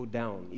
down